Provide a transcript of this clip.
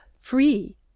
free